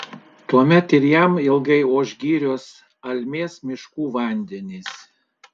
tuomet ir jam ilgai oš girios almės miškų vandenys